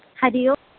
हरिः ओम्